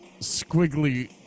squiggly